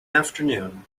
afternoon